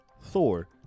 Thor